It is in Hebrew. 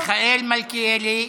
מיכאל מלכיאלי.